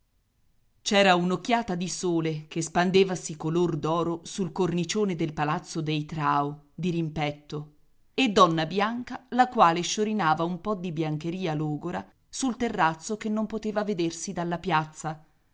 c'era un'occhiata di sole che spandevasi color d'oro sul cornicione del palazzo dei trao dirimpetto e donna bianca la quale sciorinava un po di biancheria logora sul terrazzo che non poteva vedersi dalla piazza